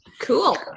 Cool